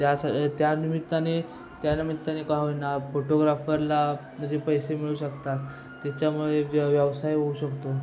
त्या स त्यानिमित्ताने त्यानिमित्ताने का होईना फोटोग्राफरला म्हणजे पैसे मिळू शकतात त्याच्यामुळे व्य व्यवसाय होऊ शकतो